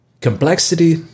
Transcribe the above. Complexity